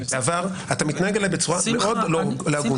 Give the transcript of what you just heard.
אתה מתנהג אלי בצורה מאוד לא הגונה.